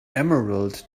emerald